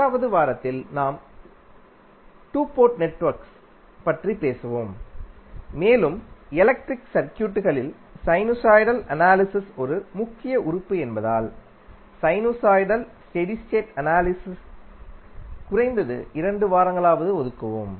8 வது வாரத்தில் நாம் 2 போர்ட் நெட்வொர்க்ஸ் பற்றி பேசுவோம் மேலும் எலக்ட்ரிக் சர்க்யூட்களில் சைனுசாய்டல் அனாலிஸிஸ் ஒரு முக்கிய உறுப்பு என்பதால் சைனுசாய்டல் ஸ்டெடி ஸ்டேட் அனாலிஸிஸ் குறைந்தது 2 வாரங்களாவது ஒதுக்குவோம்